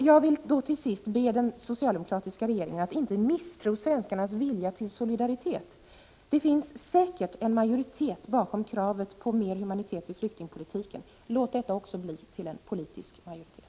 Jag vill till sist be den socialdemokratiska regeringen att inte misstro svenskarnas vilja till solidaritet. Det finns säkert en majoritet bakom kravet på mer humanitet i flyktingpolitiken. Låt detta också bli en politisk majoritet!